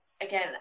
again